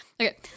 okay